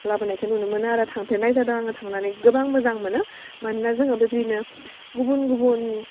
लाबोनायखौ नुनो मोनो आरो थांफेरनाय जादों आङो थांनानै गोबां मोजां मोनो मानोना जोङो बेबादिनो गुबुन गुबुन